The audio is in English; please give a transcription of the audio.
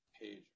page